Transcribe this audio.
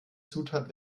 zutat